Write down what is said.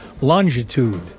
Longitude